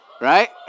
right